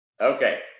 Okay